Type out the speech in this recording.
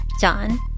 John